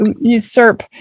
usurp